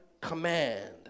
command